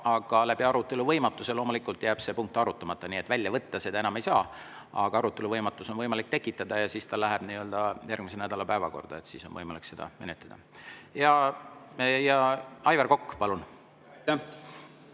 Aga arutelu võimatuse tõttu loomulikult jääb see punkt arutamata. Nii et välja võtta seda enam ei saa, aga arutelu võimatus on võimalik tekitada ja siis see läheb järgmise nädala päevakorda. Siis on võimalik seda menetleda. Aivar Kokk, palun!